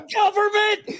government